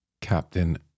Captain